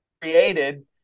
created